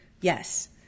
Yes